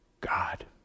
God